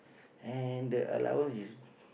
and the allowance is